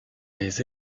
les